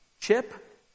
Chip